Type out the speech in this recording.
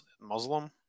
Muslim